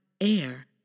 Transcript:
air